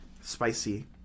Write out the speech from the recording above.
spicy